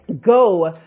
go